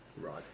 right